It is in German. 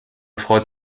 freut